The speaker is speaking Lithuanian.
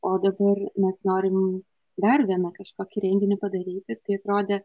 o dabar mes norim dar vieną kažkokį renginį padaryti tai atrodė